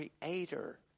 Creator